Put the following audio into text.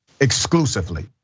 exclusively